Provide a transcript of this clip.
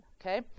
okay